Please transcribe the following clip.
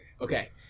Okay